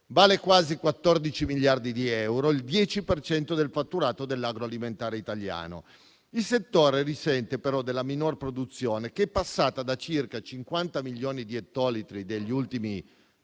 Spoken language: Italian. vale quasi 14 miliardi di euro, che è il 10 per cento del fatturato dell'agroalimentare italiano, ma risente della minor produzione, che è passata da circa 50 milioni di ettolitri degli ultimi tre